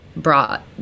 brought